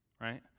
right